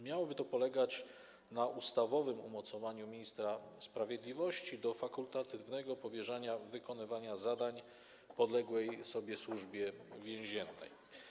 Miałoby to polegać na ustawowym umocowaniu ministra sprawiedliwości w zakresie fakultatywnego powierzania wykonywania zadań podległej sobie Służbie Więziennej.